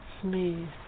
smooth